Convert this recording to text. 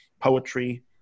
poetry